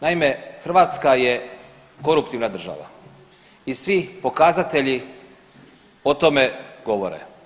Naime, Hrvatska je koruptivna država i svi pokazatelji o tome govore.